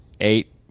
eight